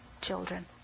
children